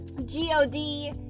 G-O-D